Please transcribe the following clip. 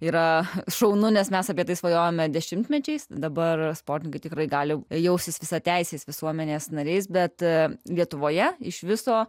yra šaunu nes mes apie tai svajojome dešimtmečiais dabar sportiškai tikrai galime jaustis visateisiais visuomenės nariais bet lietuvoje iš viso